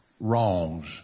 Wrongs